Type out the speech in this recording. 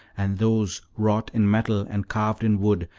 and those wrought in metal and carved in wood,